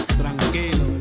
tranquilo